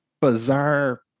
bizarre